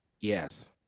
Yes